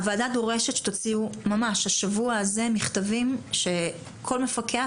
הוועדה דורשת שתוציאו ממש השבוע הזה מכתבים שכל מפקח